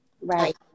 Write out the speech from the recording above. Right